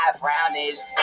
Brownies